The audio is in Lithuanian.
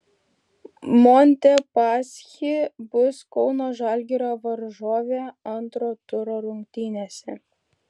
montepaschi bus kauno žalgirio varžovė antro turo rungtynėse